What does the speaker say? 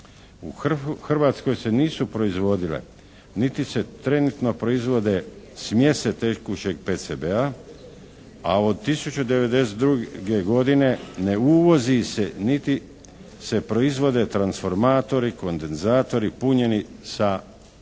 U Hrvatskoj se nisu proizvodile niti se trenutno proizvode smjese tekućeg PCB-a, a od 1992. godine ne uvozi se niti se proizvode transformatori, kondenzatori punjeni sa